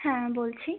হ্যাঁ বলছি